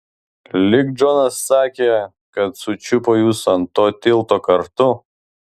lyg džonas sakė kad sučiupo jus ant to tilto kartu